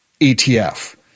ETF